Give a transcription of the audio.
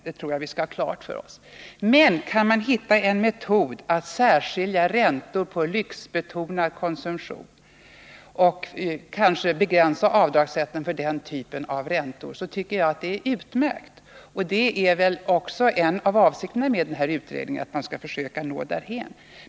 Jag tycker det vore utmärkt om man kunde finna en metod att särskilja räntor på lyxbetonad konsumtion och begränsa avdragen för den typen av räntor. En av avsikterna med denna utredning är väl också att nå därhän.